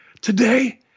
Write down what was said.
today